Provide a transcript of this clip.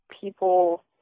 people